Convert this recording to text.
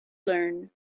learn